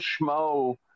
schmo